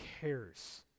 cares